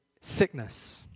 sickness